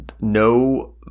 no